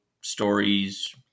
stories